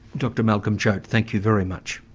dr malcolm choat, thank you very much.